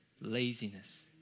laziness